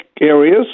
areas